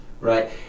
right